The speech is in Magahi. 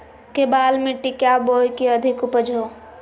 केबाल मिट्टी क्या बोए की अधिक उपज हो?